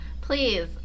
Please